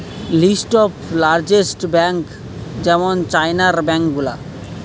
list of largest bank যেমন চাইনার bank গুলা